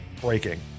Breaking